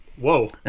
Whoa